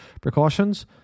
precautions